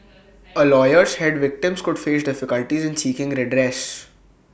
A lawyer said victims could face difficulties seeking redress